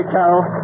Carol